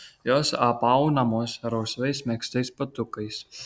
jos apaunamos rausvais megztais batukais